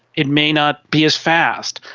it may not be as fast.